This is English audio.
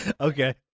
Okay